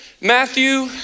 Matthew